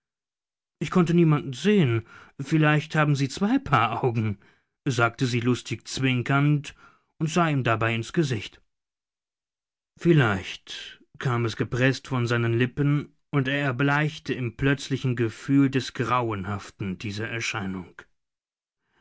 ich konnte niemand sehen vielleicht haben sie zwei paar augen sagte sie lustig zwinkernd und sah ihm dabei ins gesicht vielleicht kam es gepreßt von seinen lippen und er erbleichte im plötzlichen gefühl des grauenhaften dieser erscheinung